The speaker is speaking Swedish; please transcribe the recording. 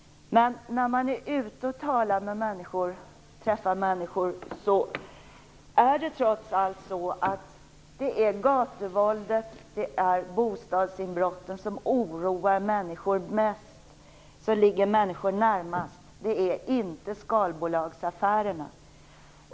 Men när man är ute och träffar människor framkommer trots allt att det är gatuvåldet och bostadsinbrotten som oroar mest och som ligger människor närmast - inte skalbolagsaffärerna.